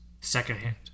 secondhand